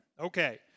Okay